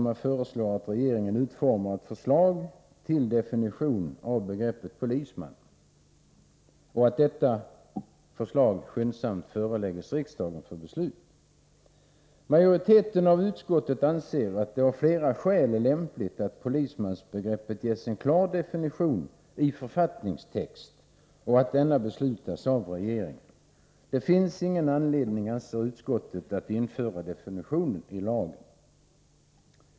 Man föreslår att regeringen skall utforma ett förslag till definition av begreppet polisman och att detta förslag skyndsamt skall föreläggas riksdagen för beslut. Majoriteten i utskottet anser att det av flera skäl är lämpligt att polismansbegreppet ges en klar definition i författningstext och att denna bör beslutas av regeringen. Det finns ingen anledning, anser utskottet, att införa en definition i lagen.